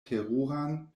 teruran